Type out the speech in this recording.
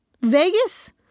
Vegas